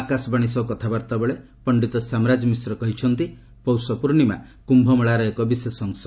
ଆକାଶବାଣୀ ସହ କଥାବାର୍ତ୍ତାବେଳେ ପଶ୍ଚିତ ଶ୍ୟାମରାଜ ମିଶ୍ର କହିଚନ୍ତି ପୌଷ ପୂର୍ଣ୍ଣିମା କ୍ୟୁମେଳାର ଏକ ବିଶେଷ ଅଂଶ